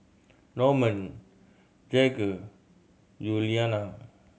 Norman Jagger Yuliana